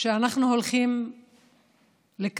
שאנחנו הולכים לקראתו.